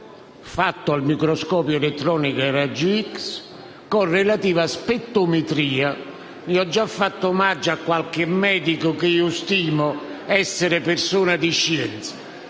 fatto al microscopio elettronico a raggi X con relativa spettrometria, di cui ho già fatto omaggio a qualche medico che io stimo essere persona di scienza.